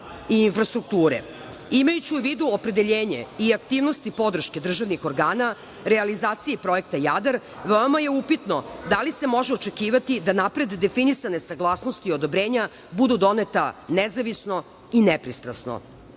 i infrastrukture. Imajući u vidu opredeljenje i aktivnosti podrške državnih organa realizaciji Projekta „Jadar“, veoma je upitno da li se može očekivati da napred definisane saglasnosti odobrenja budu donete nezavisno i nepristrasno. Stratešku